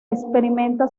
experimenta